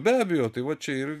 be abejo tai va čia ir